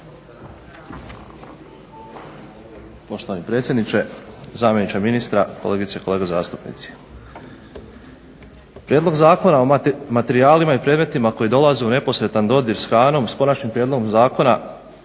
Poštovani predsjedniče, zamjeniče ministra, kolegice i kolege zastupnici. Prijedlog zakona o materijalima i predmetima koji dolaze u neposredan dodir s hranom s konačnim prijedlogom zakona